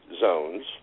zones